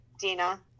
Dina